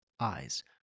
eyes